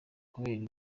kubera